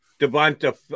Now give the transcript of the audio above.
Devonta